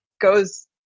goes